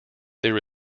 there